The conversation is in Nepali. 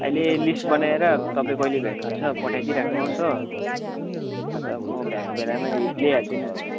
अहिले लिस्ट बनाएर तपाईँ कहिले भ्याउनु हुन्छ पठाइदिइ राख्नुहोस् हो अन्त म भ्याएको बेलामा ल्याइहाल्छु नि अन्त